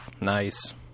Nice